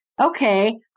okay